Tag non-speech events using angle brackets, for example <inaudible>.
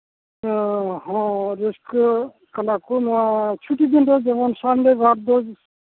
ᱦᱚᱸ ᱨᱟᱹᱥᱠᱟᱹᱜ ᱠᱟᱱᱟ ᱠᱚ ᱱᱚᱣᱟ ᱪᱷᱩᱴᱤ ᱫᱤᱱ ᱨᱮᱜᱮ ᱡᱮᱢᱚᱱ ᱥᱟᱱᱰᱮ <unintelligible>